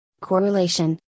correlation